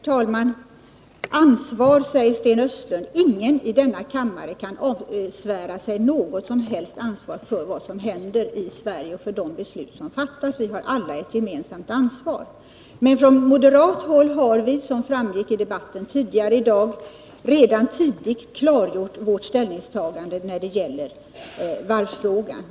Herr talman! Sten Östlund talar om ansvar. Ingen i denna kammare kan avsvära sig något som helst ansvar för vad som händer i Sverige, för de beslut som vi fattar — vi har alla ett gemensamt ansvar. Men från moderat håll har vi, som framgått i debatten tidigare i dag, tidigt klargjort vårt ställningstagande i varvsfrågan.